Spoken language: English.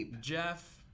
Jeff